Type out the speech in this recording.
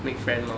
make friend lor